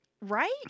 Right